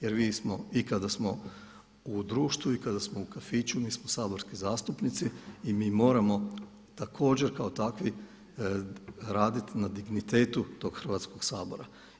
Jer mi i kada smo u društvu i kada smo u kafiću mi smo saborski zastupnici i mi moramo također kao takvi raditi na dignitetu tog Hrvatskog sabora.